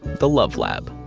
the love lab.